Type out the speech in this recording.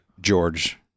George